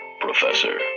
Professor